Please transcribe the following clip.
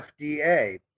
FDA